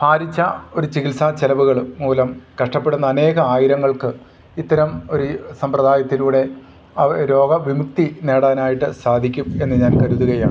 ഭാരിച്ച ഒരു ചികിത്സാ ചെലവുകൾ മൂലം കഷ്ടപ്പെടുന്ന അനേകം ആയിരങ്ങൾക്ക് ഇത്തരം ഒരു സമ്പ്രദായത്തിലൂടെ രോഗവിമുക്തി നേടാനായിട്ട് സാധിക്കും എന്ന് ഞാൻ കരുതുകയാണ്